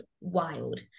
wild